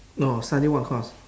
oh study what course